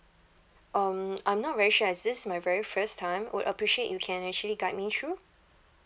um I'm not very sure as this my very first time would appreciate if you can actually guide me through